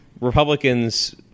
Republicans